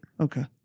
Okay